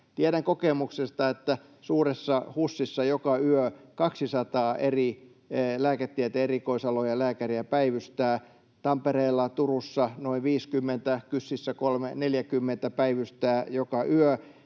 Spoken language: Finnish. Tiedän kokemuksesta, että suuressa HUSissa joka yö 200 eri lääketieteen erikoisalojen lääkäriä päivystää, Tampereella ja Turussa noin 50, KYSissä 30—40 päivystää joka yö,